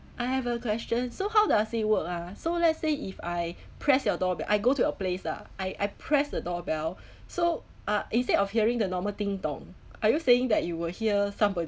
I have a question so how does it work ah so let's say if I press your door bell I go to your place lah I I pressed the door bell so ah instead of hearing the normal ding dong are you saying that you will hear somebody